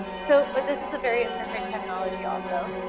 so, but this is a very imperfect technology also.